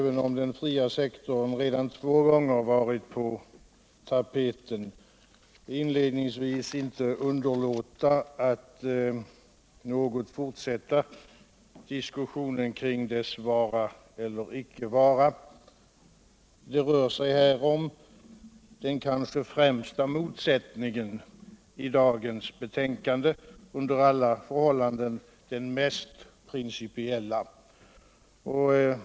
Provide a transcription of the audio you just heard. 110 i dagens betänkande, under alla förhållanden om den mest principiella.